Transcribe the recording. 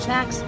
Max